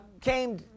came